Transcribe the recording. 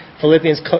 Philippians